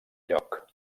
lloc